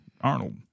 Arnold